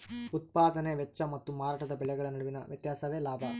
ಉತ್ಪದಾನೆ ವೆಚ್ಚ ಮತ್ತು ಮಾರಾಟದ ಬೆಲೆಗಳ ನಡುವಿನ ವ್ಯತ್ಯಾಸವೇ ಲಾಭ